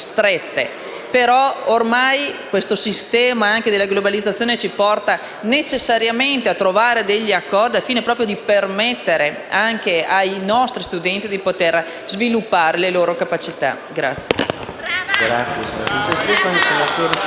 Ormai il sistema della globalizzazione ci porta necessariamente a trovare degli accordi al fine di permettere anche ai nostri studenti di poter sviluppare le loro capacità.